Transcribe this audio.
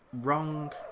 wrong